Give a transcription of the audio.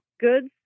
goods